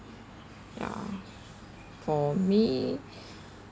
ya for me